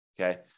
okay